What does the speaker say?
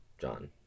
John